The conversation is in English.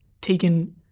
taken